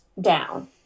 down